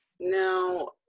now